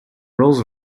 rolls